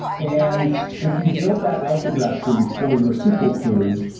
and if you build that algebra tree for your sql query,